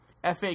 FA